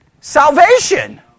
Salvation